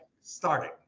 starting